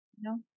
No